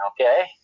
okay